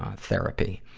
ah therapy.